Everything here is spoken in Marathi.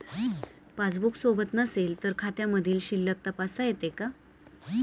पासबूक सोबत नसेल तर खात्यामधील शिल्लक तपासता येते का?